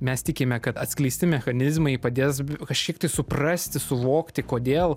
mes tikime kad atskleisti mechanizmai padės kažkiek tai suprasti suvokti kodėl